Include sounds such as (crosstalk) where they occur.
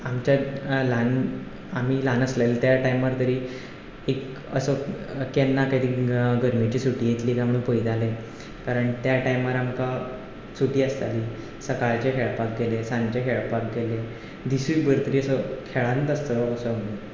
आमच्या ल्हान आमी ल्हान आसलेले त्या टायमार तरी एक असो केन्ना तरी गर्मेची सुटी येतली काय म्हणून पयताले कारण त्या टायमार आमकां सुटी आसताली सकाळचे खेळपाक गेले सांजेचे खेळपाक गेले दिसूय बर (unintelligible) खेळांतूच (unintelligible)